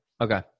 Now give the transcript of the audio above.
Okay